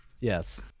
Yes